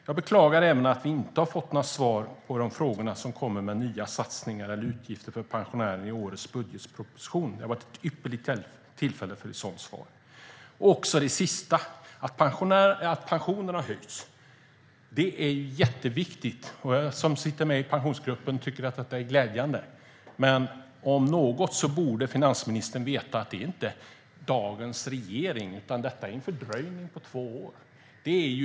Jag beklagar även att jag inte har fått något svar på frågorna om nya satsningar eller utgifter för pensionärerna i årets budgetproposition. Det hade varit ett ypperligt tillfälle för ett sådant svar. Att pensionerna har höjts är jätteviktigt. Jag som sitter med i Pensionsgruppen tycker att det är glädjande. Men finansministern borde veta att det inte beror på dagens regering utan på en fördröjning på två år.